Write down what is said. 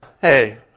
Hey